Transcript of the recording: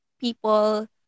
people